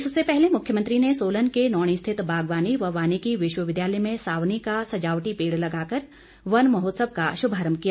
इससे पहले मुख्यमंत्री ने सोलन के नौणी स्थित बागवानी व वानिकी विश्वविद्यालय में सावनी का सजावटी पेड़ लगाकर वन महोत्सव का शुभारंभ किया